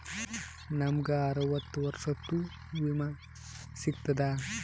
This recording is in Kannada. ನಮ್ ಗ ಅರವತ್ತ ವರ್ಷಾತು ವಿಮಾ ಸಿಗ್ತದಾ?